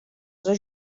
dos